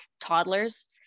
toddlers